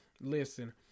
listen